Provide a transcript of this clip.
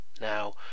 Now